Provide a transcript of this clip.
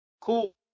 cool